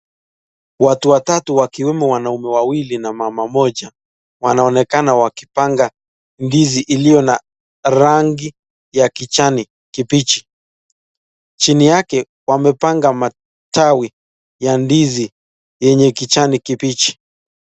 Watu watatu wakiwemo wananume wawili na mwanamke mmoja wanaonekana wakipanga ndizi iliyona rangi ya kijani kibichi. Chini yake wamepanga matawi ya ndizi yenye kijani kibichi.